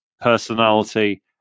personality